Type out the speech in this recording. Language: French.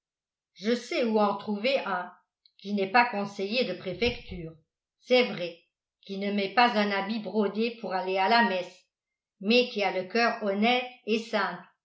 je sais où en trouver un qui n'est pas conseiller de préfecture c'est vrai qui ne met pas un habit brodé pour aller à la messe mais qui a le coeur honnête et simple